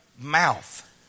mouth